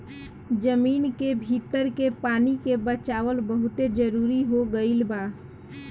जमीन के भीतर के पानी के बचावल बहुते जरुरी हो गईल बा